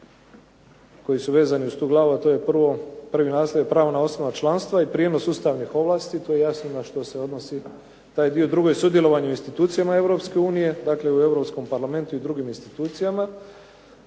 koji su vezani uz tu glavu, a to je prvo, prvi naslov je pravna osnova članstva i prijenos ustavnih ovlasti, to je jasno na što se odnosi taj dio, drugo je sudjelovanje u institucijama Europske unije, dakle u Europskom Parlamentu i drugim institucijama,